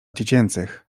dziecięcych